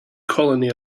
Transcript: colony